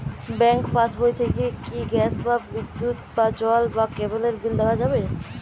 Bank পাশবই থেকে কি গ্যাস বা বিদ্যুৎ বা জল বা কেবেলর বিল দেওয়া যাবে?